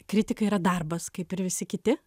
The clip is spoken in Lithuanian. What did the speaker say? kritika yra darbas kaip ir visi kiti